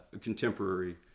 contemporary